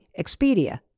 Expedia